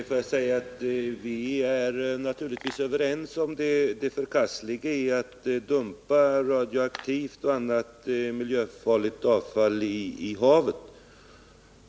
Herr talman! Vi är naturligtvis överens om det förkastliga i att dumpa radioaktivt och annat miljöfarligt avfall i havet.